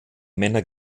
männer